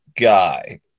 guy